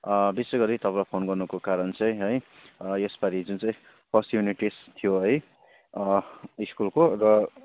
विशेषगरी तपाईँलाई फोन गर्नुको कारण चाहिँ है यसपालि जुन चाहिँ फर्स्ट युनिट टेस्ट थियो है स्कुलको र